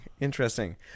Interesting